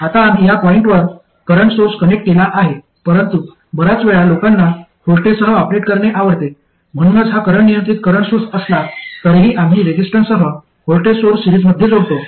आता आम्ही या पॉईंटवर करंट सोर्स कनेक्ट केला आहे परंतु बर्याच वेळा लोकांना व्होल्टेजेससह ऑपरेट करणे आवडते म्हणूनच हा करंट नियंत्रित करंट सोर्स असला तरीही आम्ही रेसिस्टन्ससह व्होल्टेज सोर्स सिरीजमध्ये जोडतो